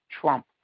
Trump